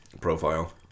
profile